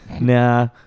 nah